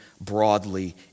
broadly